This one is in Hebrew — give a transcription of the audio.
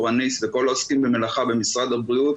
אניס וכל העוסקים במלאכה במשרד הבריאות,